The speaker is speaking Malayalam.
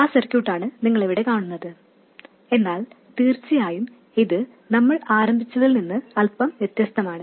ആ സർക്യൂട്ടാണ് നിങ്ങളിവിടെ കാണുന്നത് എന്നാൽ തീർച്ചയായും ഇത് നമ്മൾ ആരംഭിച്ചതിൽ നിന്ന് അൽപം വ്യത്യസ്തമാണ്